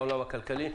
לעולם הכלכלי,